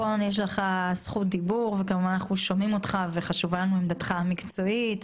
פה יש לך זכות דיבור ואנחנו שומעים אותך וחשובה לנו עמדתך המקצועית,